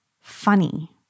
funny